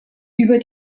über